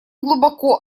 глубоко